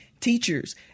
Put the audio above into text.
teachers